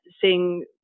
seeing